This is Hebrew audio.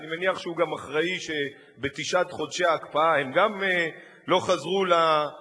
אני מניח שהוא גם אחראי שבתשעת חודשי ההקפאה הם גם לא חזרו למשא-ומתן.